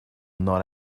not